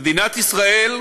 מדינת ישראל,